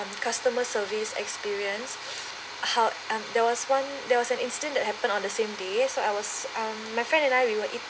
customer service experience how um there was one there was an instant that happen on the same day so I was um my friend and I we were